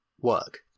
work